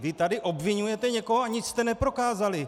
Vy tady obviňujete někoho, a nic jste neprokázali.